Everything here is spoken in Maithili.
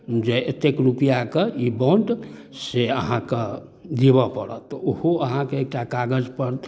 जे एतेक रुपैआके ई बॉन्ड से अहाँके देबऽ पड़त ओहो अहाँके एकटा कागज पर